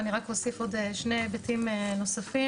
אני רק אוסיף עוד שני היבטים נוספים,